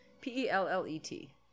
P-E-L-L-E-T